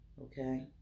okay